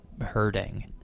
hurting